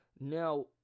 Now